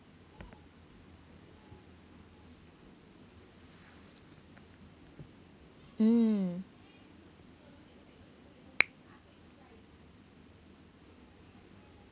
mm